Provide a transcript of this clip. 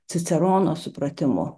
cicerono supratimu